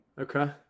Okay